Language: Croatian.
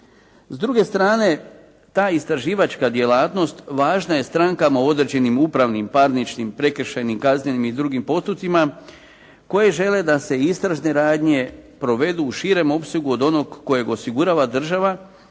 S druge strane ta istraživačka djelatnost važna je strankama u određenim upravnim parničnim prekršajnim, kaznenim i drugim postupcima koji žele da se istražne radnje provedu u širem opsegu od onog kojeg osigurava država